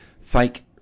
fake